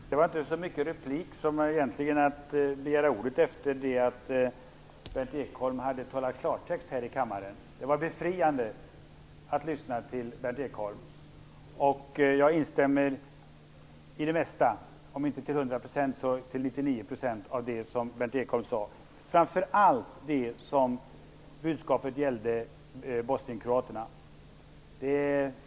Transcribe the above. Fru talman! Detta är inte så mycket en replik. Jag ville begära ordet efter det att Berndt Ekholm hade talat klartext här i kammaren. Det var befriande att lyssna till Berndt Ekholm. Jag instämmer i det mesta, om inte till 100 % så till 99 %, av det som Berndt Ekholm sade, framför allt budskapet som gällde bosnienkroaterna.